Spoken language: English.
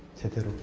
take it?